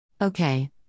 Okay